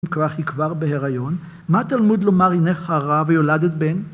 אם כך היא כבר בהיריון, מה תלמוד לומר הנך הרה ויולדת בן?